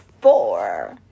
four